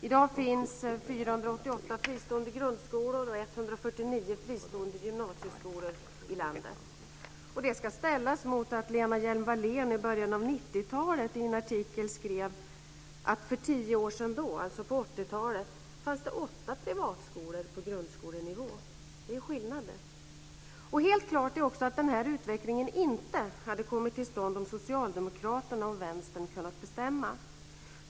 I dag finns 488 fristående grundskolor och 149 fristående gymnasieskolor i landet. Det ska ställas mot vad Lena Hjelm-Wallén i början av 90-talet skrev i en artikel: För tio år sedan - dvs. på 80-talet - fanns det åtta privatskolor på grundskolenivå. Det är skillnad, det! Helt klart är också att denna utveckling inte hade kommit till stånd om Socialdemokraterna och Vänstern kunnat bestämma.